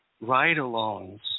ride-alongs